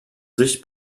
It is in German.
sich